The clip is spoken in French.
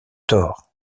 tort